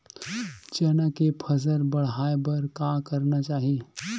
चना के फसल बढ़ाय बर का करना चाही?